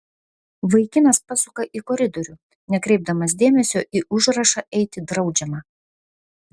vaikinas pasuka į koridorių nekreipdamas dėmesio į užrašą eiti draudžiama